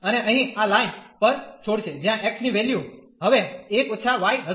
અને અહીં આ લાઈન પર છોડશે જ્યાં x ની વેલ્યુ હવે 1 − y હશે